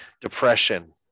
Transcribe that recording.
depression